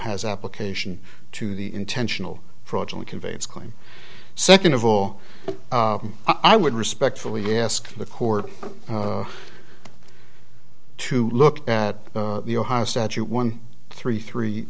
has application to the intentional fraudulent conveyance claim second of all i would respectfully ask the court to look at the ohio statute one three three